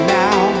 now